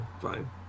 fine